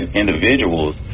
individuals